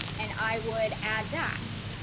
and i would add that